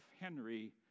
Henry